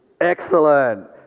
excellent